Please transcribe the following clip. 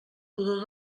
pudor